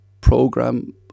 program